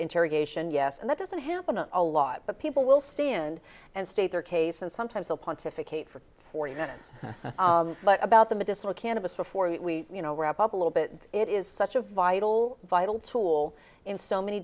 interrogation yes and that doesn't happen a lot but people will stand and state their case and sometimes they'll pontificate for forty minutes but about the medicinal cannabis before we you know wrap up a little bit it is such a vital vital tool in so many